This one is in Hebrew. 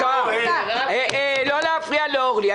לא להפריע לאורלי.